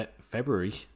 February